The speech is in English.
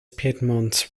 piedmont